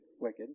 wicked